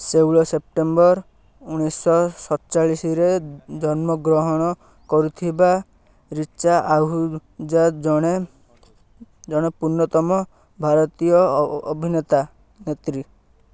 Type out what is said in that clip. ଷୋହଳ ସେପ୍ଟେମ୍ବର ଉଣେଇଶ ସତଚାଳିଶରେ ଜନ୍ମଗ୍ରହଣ କରିଥିବା ରିଚା ଆହୁଜା ଜଣେ ଜଣେ ପୂର୍ବତନ ଭାରତୀୟ ଅଭିନେତା ନେତ୍ରୀ